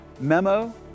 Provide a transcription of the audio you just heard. memo